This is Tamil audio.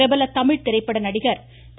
பிரபல தமிழ்த் திரைப்பட நடிகர் திரு